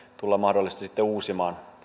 mahdollisesti sitten uusia